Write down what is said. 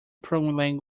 programming